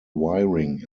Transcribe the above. wiring